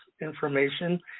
information